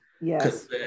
Yes